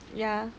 ya